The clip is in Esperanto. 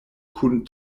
kun